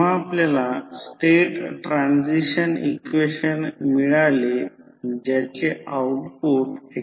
तर याचा अर्थ V1 हा ∅ पासून 90° ने मागे आहे म्हणून हा E1 आहे हा E1 प्रायमरी इंड्युसड emf आहे